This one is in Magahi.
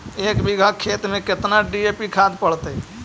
एक बिघा खेत में केतना डी.ए.पी खाद पड़तै?